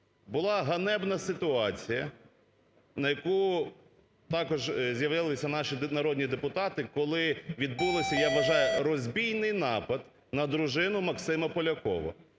Була ганебна ситуація, на яку також з'явилися наші народні депутати, коли відбулося, я вважаю, розбійний напад на дружину Максима Полякова.